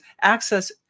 access